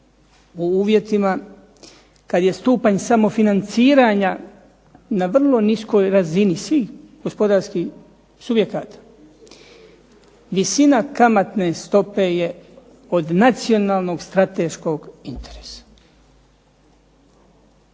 u uvjetima kad je stupanj samofinanciranja na vrlo niskoj razini svih gospodarskih subjekata visina kamatne stope je od nacionalnog strateškog interesa.